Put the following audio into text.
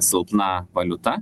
silpna valiuta